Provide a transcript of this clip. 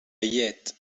llet